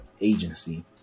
agency